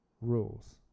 rules